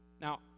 Now